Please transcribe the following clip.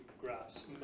graphs